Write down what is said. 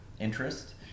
interest